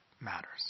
matters